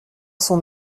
sont